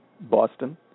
Boston